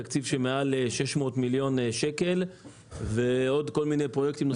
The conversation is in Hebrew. תקציב של מעל 600 מיליון שקלים ועוד כל מיני פרויקטים.